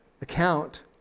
account